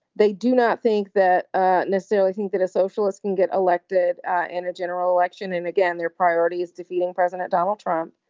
they do not think that ah necessarily think that a socialist can get elected in a general election and again, their priority is defeating president donald trump.